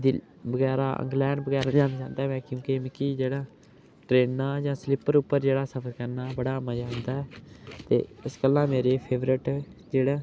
जेह्ड़ा बगैरा इंग्लैंड बगैरा जाना चांह्दा मैं क्योंकि मिगी जेह्ड़ा ट्रैना जां स्लीपर पर जेह्ड़ा सफ़र करना बड़ा मज़ा आंदा ऐ ते इस गल्ला मेरी फेवरट जेह्ड़ा